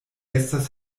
estas